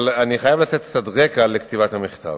אבל אני חייב לתת קצת רקע לכתיבת המכתב: